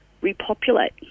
repopulate